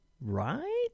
Right